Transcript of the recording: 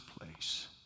place